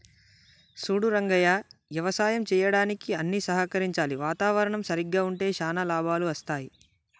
సూడు రంగయ్య యవసాయం సెయ్యడానికి అన్ని సహకరించాలి వాతావరణం సరిగ్గా ఉంటే శానా లాభాలు అస్తాయి